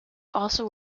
also